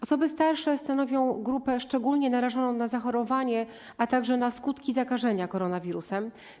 Osoby starsze stanowią grupę szczególnie narażoną na zachorowanie, a także na skutki zakażenia koronawirusem.